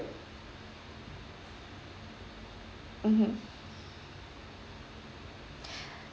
mmhmm